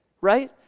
right